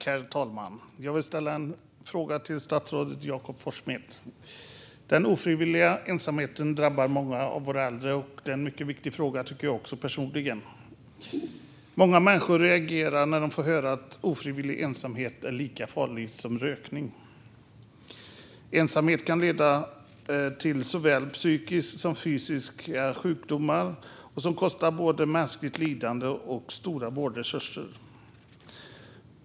Herr talman! Jag vill ställa en fråga till statsrådet Jakob Forssmed. Den ofrivilliga ensamheten drabbar många av våra äldre, och jag tycker personligen att det är en mycket viktig fråga. Många människor reagerar när de får höra att ofrivillig ensamhet är lika farligt som rökning. Ensamhet kan leda till såväl psykiska som fysiska sjukdomar som kostar i form av både mänskligt lidande och stora vårdresurser.